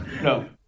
no